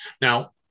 Now